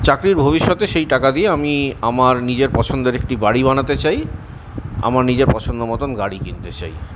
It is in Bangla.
চাকরির ভবিষ্যতে সেই টাকা দিয়ে আমি আমার নিজের পছন্দের একটি বাড়ি বানাতে চাই আমার নিজের পছন্দ মতন গাড়ি কিনতে চাই